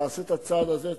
תעשה את הצעד הזה,